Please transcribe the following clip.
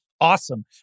awesome